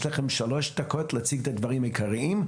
יש לכם שלוש דקות להציג את הדברים העיקריים.